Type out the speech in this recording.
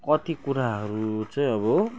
कति कुराहरू चाहिँ अब